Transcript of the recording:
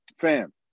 fam